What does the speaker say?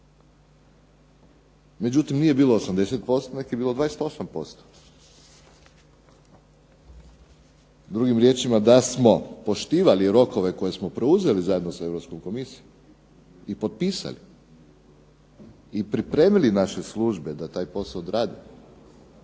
Međutim nije bilo 80%, nego je bilo 28%. Drugim riječima da smo poštivali rokove koje smo preuzeli zajedno sa Europskom Komisijom i potpisali i pripremili naše službe da taj posao odrade,